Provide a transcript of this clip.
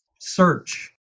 search